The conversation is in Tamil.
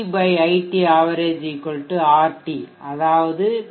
VT iT average Rt அதாவது பி